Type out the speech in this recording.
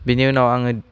बिनि उनाव आङो